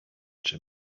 czy